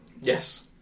Yes